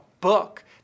book